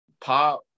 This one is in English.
pop